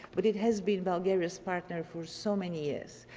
but it has been bulgaria's partner for so many years.